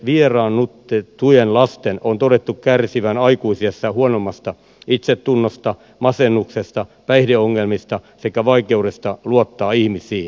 vieraannutettujen lasten on todettu kärsivän aikuisiässä huonommasta itsetunnosta masennuksesta päihde ongelmista sekä vaikeudesta luottaa ihmisiin